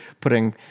putting